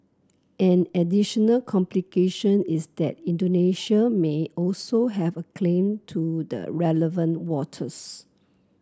an additional complication is that Indonesia may also have a claim to the relevant waters